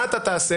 מה אתה תעשה?